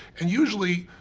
and usually,